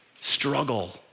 struggle